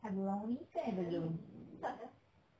abalone ke abalone